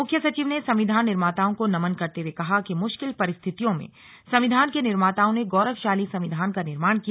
मुख्य सचिव ने संविधान निर्माताओं को नमन करते हुए कहा कि मुश्किल परिस्थितियों में संविधान के निर्माताओं ने गौरवशाली संविधान का निर्माण किया